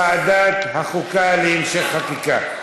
זה עובר לוועדת החוקה להמשך חקיקה.